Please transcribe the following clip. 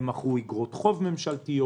הן מכרו אגרות חוב ממשלתיות,